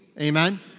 Amen